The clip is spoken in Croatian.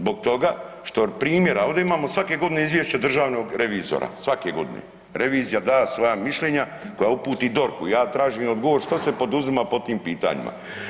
Zbog toga što primjera, ovdje imamo svake godine izvješće državnog revizora, svake godine, revizija da svoja mišljenja koja uputi DORH-u i ja tražim odgovor što se poduzima po tim pitanjima.